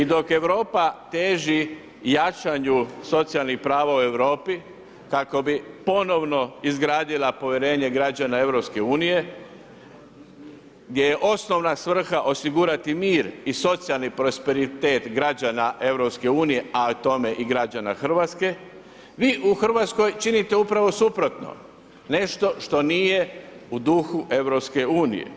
I dok Europa teži jačanju socijalnih prava u Europi kako bi ponovno izgradila povjerenje građana EU gdje je osnovna svrha osigurati mir i socijalni prosperitet građana EU, a time i građana Hrvatske vi u Hrvatskoj činite upravo suprotno, nešto što nije u duhu EU.